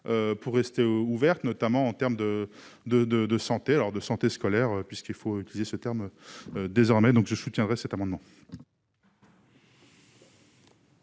pour rester ouvertes, notamment en terme de, de, de, de santé lors de santé scolaire puisqu'il faut utiliser ce terme désormais donc je soutiendrai cet amendement.